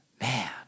Man